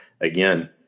again